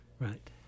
right